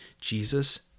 Jesus